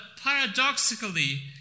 paradoxically